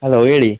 hello ಹೇಳಿ